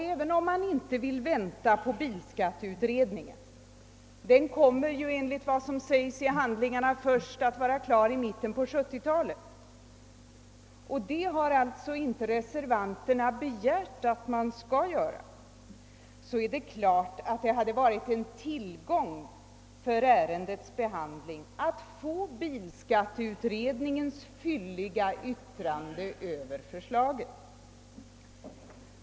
Även om man inte vill vänta på bilskatteutredningen, som ju enligt vad som sägs i handlingarna kommer att vara färdig med sitt arbete först i mitten på 1970-talet — och reservanterna har inte begärt att man skall göra det — hade det givetvis varit en tillgång vid ärendets behandling att få bilskatteutredningens fylliga yttrande över förslaget.